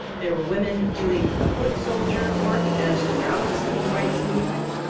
there were women doing the foot soldier work, as throughout the civil rights movement.